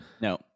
No